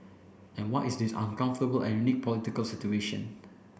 and what is this uncomfortable and unique political situation